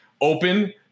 open